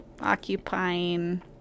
occupying